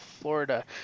Florida